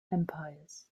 empires